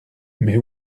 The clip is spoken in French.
mais